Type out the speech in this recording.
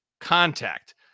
contact